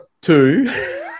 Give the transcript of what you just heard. two